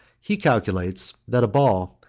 he calculates, that a ball,